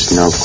no